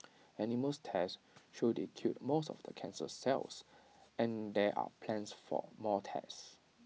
animal tests show they killed most of the cancer cells and there are plans for more tests